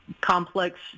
complex